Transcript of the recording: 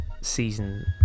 season